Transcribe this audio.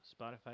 spotify